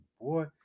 Boy